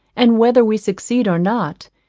and whether we succeed or not,